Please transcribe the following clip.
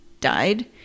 died